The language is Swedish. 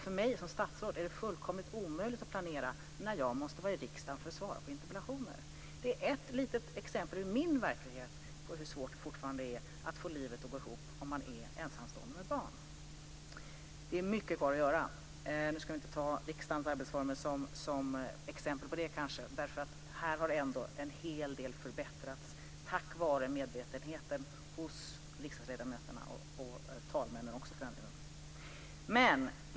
För mig som statsråd är det fullkomligt omöjligt att planera när jag måste vara i riksdagen för att svara på interpellationer. Det är ett litet exempel på hur min verklighet ser ut och hur svårt det fortfarande är att få livet att gå ihop om man är ensamstående med barn. Det är mycket kvar att göra. Vi kanske inte ska ta riksdagens arbetsformer som exempel, därför att här har ändå en hel del förbättrats tack vare medvetenheten hos riksdagsledamöterna och talmännen.